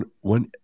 one